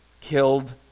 killed